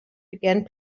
began